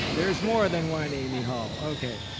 there's more than one amy hall, okay.